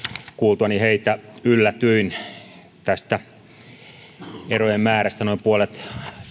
kuultuani heitä yllätyin tästä erojen määrästä noin puolet